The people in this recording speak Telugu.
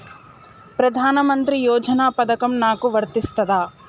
ప్రధానమంత్రి యోజన పథకం నాకు వర్తిస్తదా?